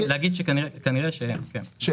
נגיד שכנראה שאין, כן.